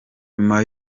nyuma